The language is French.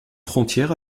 frontière